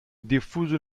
diffuso